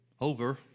over